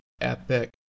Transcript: epic